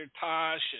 Tosh